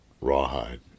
rawhide